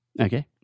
Okay